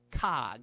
cog